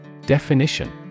Definition